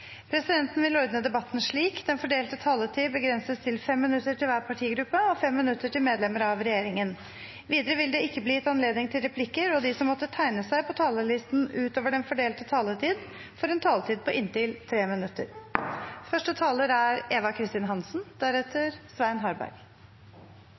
Presidenten vil ordne debatten slik: Den fordelte taletid begrenses til 5 minutter til hver partigruppe og 5 minutter til medlemmer av regjeringen. Videre vil det ikke bli gitt anledning til replikker, og de som måtte tegne seg på talerlisten utover den fordelte taletid, får en taletid på inntil 3 minutter. Den saken som er